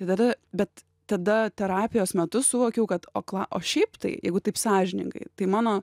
yra bet tada terapijos metu suvokiau kad o ką o šiaip tai jeigu taip sąžiningai tai mano